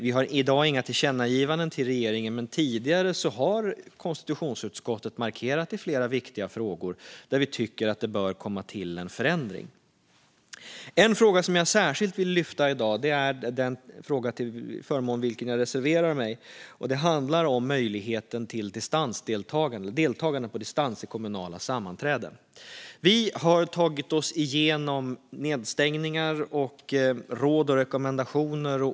Vi har i dag inga förslag om tillkännagivanden till regeringen, men tidigare har konstitutionsutskottet markerat i flera viktiga frågor där vi tycker att det bör komma till en förändring. En fråga som jag särskilt vill lyfta i dag är den fråga där jag reserverar mig. Det handlar om möjligheten till deltagande på distans i kommunala sammanträden. Vi har tagit oss igenom nedstängningar och råd och rekommendationer.